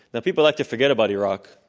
now, people like to forget about iraq,